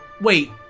wait